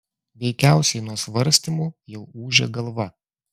veikiausiai nuo svarstymų jau ūžia galva